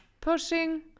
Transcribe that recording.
pushing